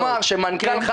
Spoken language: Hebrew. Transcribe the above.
אני בא לומר שמנכ"ל חרסה,